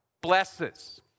blesses